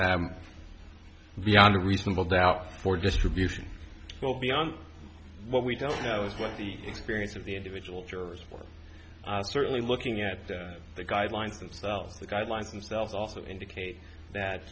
was beyond a reasonable doubt for distribution well beyond what we don't know with the experience of the individual jurors or certainly looking at the guidelines themselves the guidelines themselves also indicate that